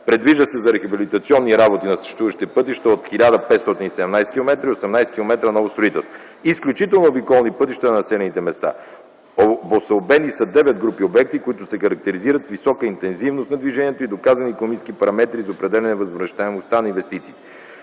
Предвиждат се за рехабилитационни работи на съществуващите пътища 1517 км и 18 км ново строителство – изключително обиколни пътища на населените места. Обособени са 9 групи обекти, които се характеризират с висока интензивност на движението и доказани икономически параметри за определяне възвръщаемостта на инвестициите.